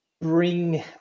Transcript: bring